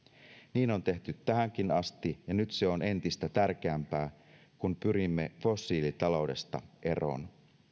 niin on tehty tähänkin asti ja nyt se on entistä tärkeämpää kun pyrimme fossiilitaloudesta eroon